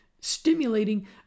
stimulating